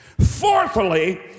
Fourthly